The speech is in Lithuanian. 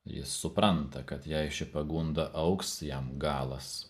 jis supranta kad jei ši pagunda augs jam galas